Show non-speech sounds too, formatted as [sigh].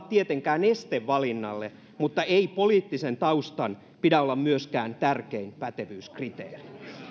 [unintelligible] tietenkään olla este valinnalle mutta ei poliittisen taustan pidä olla myöskään tärkein pätevyyskriteeri